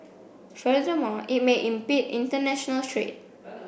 furthermore it may impede international trade